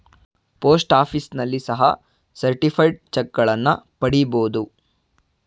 post ಆಫೀಸ್ನಲ್ಲಿ ಸಹ certified ಚಕ್ಗಳನ್ನ ಪಡಿಬೋದು